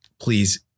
Please